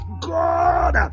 God